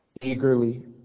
eagerly